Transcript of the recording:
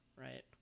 right